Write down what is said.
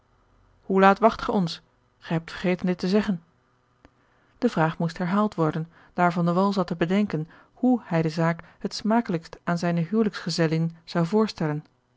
hoe laat wacht gij ons gij hebt vergeten dit te zeggen de vraag moest herhaald worden daar van de wall zat te bedenken he hij de zaak het smakelijkst aan zijne huwelijksgezellin zou voorstellen